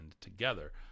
together